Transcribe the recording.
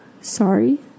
sorry